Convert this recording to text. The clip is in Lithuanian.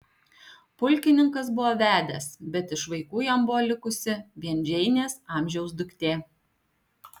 pulkininkas buvo vedęs bet iš vaikų jam buvo likusi vien džeinės amžiaus duktė